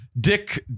dick